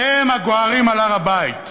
אתם הגוהרים על הר-הבית,